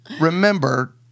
remember